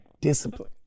discipline